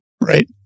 right